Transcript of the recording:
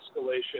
escalation